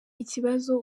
ikibazo